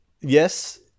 Yes